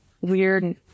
weird